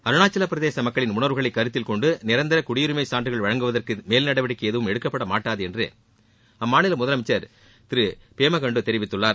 அருணாச்சல பிரதேச மக்களின் உணர்வுகளை கருத்தில் கொண்டு நிரந்தர குடியுரிமை சான்றுகள் வழங்குவதற்கு மேல்நடவடிக்கை எதுவும் எடுக்கப்படமாட்டாது என்று அம்மாநில முதலமைச்சர் திரு பேமாகண்டு தெரிவித்துள்ளார்